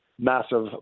massive